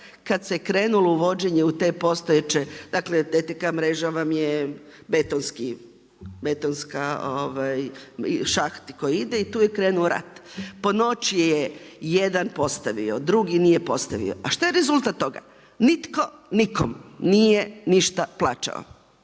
kad se krenulo uvođenje u te postojeće, dakle, DTK mreža vam je betonski šaht koji ide i tu je krenuo rat. Po noći je jedan postavio, drugi nije postavio. A što je rezultat toga? Nitko nikom nije ništa plaćao